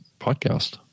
podcast